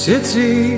City